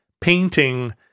painting